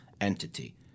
entity